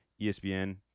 ESPN